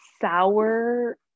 sour